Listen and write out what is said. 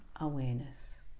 awareness